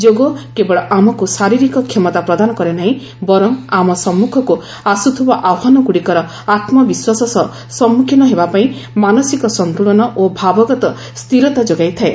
ଯୋଗ କେବଳ ଆମକୁ ଶାରୀରିକ କ୍ଷମତା ପ୍ରଦାନ କରେ ନାହିଁ ବରଂ ଆମ ସମ୍ମୁଖକୁ ଆସୁଥିବା ଆହ୍ୱାନଗୁଡ଼ିକର ଆତ୍ମବିଶ୍ୱାସ ସହ ସମ୍ମୁଖୀନ ହେବାପାଇଁ ମାନସିକ ସନ୍ତୁଳନ ଓ ଭାବଗତ ସ୍ଥିରତା ଯୋଗାଇଥାଏ